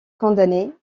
condamné